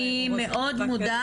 אני מודה,